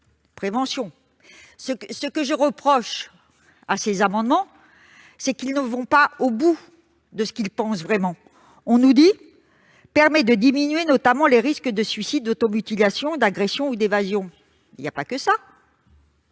ce que je reproche aux auteurs de ces amendements, c'est qu'ils ne vont pas au bout de ce qu'ils pensent vraiment. On nous dit que cela permettrait de diminuer, notamment, les risques de suicide, d'automutilation, d'agression ou d'évasion. Mais il n'y a pas que